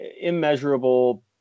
immeasurable